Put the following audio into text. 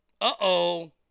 uh-oh